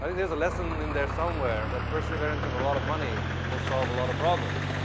i mean there's a lesson in there somewhere that perseverance and a lot of money will solve a lot of problems.